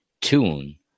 tune